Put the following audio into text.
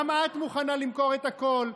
גם את מוכנה למכור את הכול.